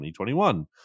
2021